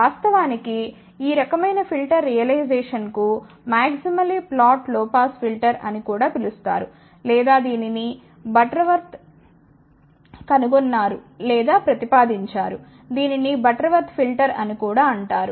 వాస్తవానికి ఈ రకమైన ఫిల్టర్ రియలైజేషన్ను maximally flat low pass filter అని కూడా పిలుస్తారు లేదా దీనిని బటర్వర్త్ కనుగొన్నారు లేదా ప్రతిపాదించారు దీనిని బటర్వర్త్ ఫిల్టర్ అని కూడా అంటారు